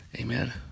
Amen